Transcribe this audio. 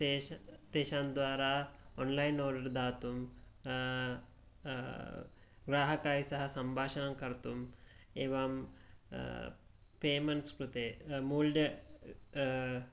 तेषां द्वारा online order दातुं ग्राहकैः सह सम्भाषणं कर्तुं एवं पेमेण्ट्स् कृते मूल्य